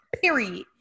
period